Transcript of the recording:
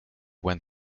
went